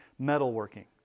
metalworking